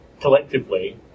collectively